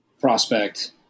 prospect